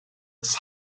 its